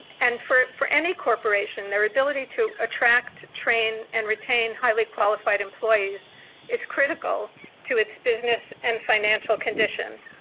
and, for for any corporation, the ability to attract, train and retain highly qualified employees is critical to its business and financial conditions.